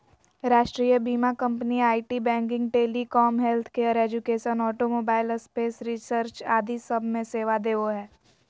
राष्ट्रीय बीमा company IT, banking, telecom, healthcare, education, automobile, space research आदि सब मे सेवा देवो हय